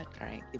right